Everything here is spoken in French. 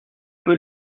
peut